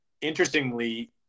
interestingly